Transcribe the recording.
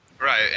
right